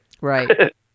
Right